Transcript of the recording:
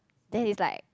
then it's like